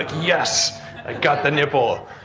yes! i got the nipple.